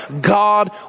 God